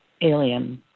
alien